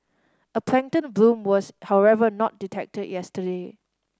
a plankton bloom was however not detected yesterday